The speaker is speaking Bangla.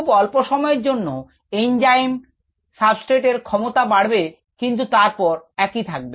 খুব অল্পসময়ের জন্য ইঞ্জাইমস সাবস্ট্রেট এর ক্ষমতা বাড়বে কিন্তু তারপর একই থাকবে